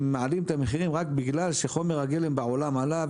הם מעלים את המחירים רק בגלל שחומר הגלם בעולם עלה,